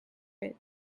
bed